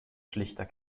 schlichter